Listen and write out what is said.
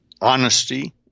Honesty